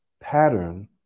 pattern